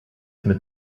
mit